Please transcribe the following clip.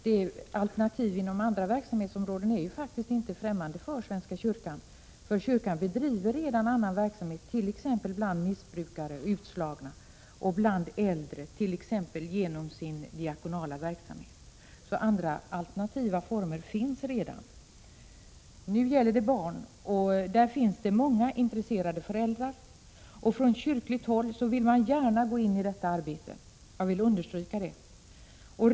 Herr talman! Alternativ inom andra verksamhetsområden är faktiskt inte främmande för svenska kyrkan. Kyrkan bedriver redan annan verksamhet, t.ex. bland missbrukare, utslagna och också bland äldre, bl.a. genom den diakonala verksamheten. Nu gäller det barnen. Det finns många intresserade föräldrar, och från kyrkligt håll vill man gärna gå in i detta arbete — jag vill understryka det.